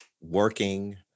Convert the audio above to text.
working